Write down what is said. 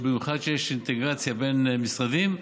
במיוחד כשיש אינטגרציה בין משרדים,